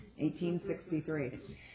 1863